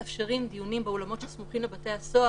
אנחנו מתחילים להוסיף על המספרים הקיימים